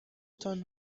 تان